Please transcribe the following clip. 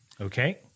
Okay